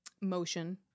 motion